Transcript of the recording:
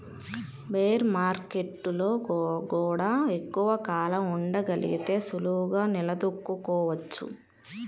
bear మార్కెట్టులో గూడా ఎక్కువ కాలం ఉండగలిగితే సులువుగా నిలదొక్కుకోవచ్చు